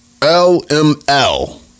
LML